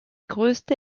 größte